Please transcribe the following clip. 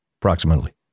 Approximately